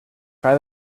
try